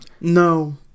No